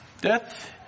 Death